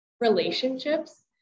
relationships